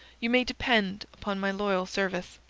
you may depend upon my loyal service.